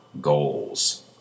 goals